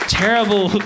terrible